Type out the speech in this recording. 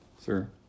sir